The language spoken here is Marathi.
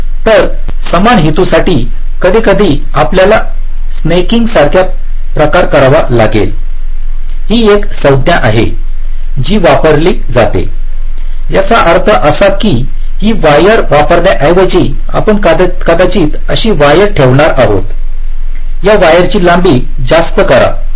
तर समान हेतूसाठी कधीकधी आपल्याला स्नॅकिंग सारखा प्रकार करावा लागेल ही एक संज्ञा आहे जी वापरली जाते याचा अर्थ असा आहे की हि वायर वापरण्याऐवजी आपण कदाचित अशी वायर ठेवणार आहोत या वायरची लांबी जास्त करा